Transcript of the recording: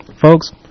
folks